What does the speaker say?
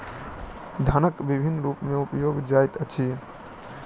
धनक विभिन्न रूप में उपयोग जाइत अछि